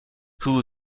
who